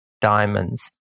diamonds